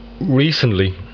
recently